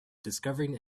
discovering